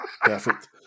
Perfect